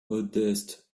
modeste